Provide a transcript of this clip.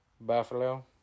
Buffalo